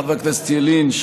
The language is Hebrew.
חבר הכנסת ילין,